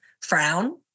frown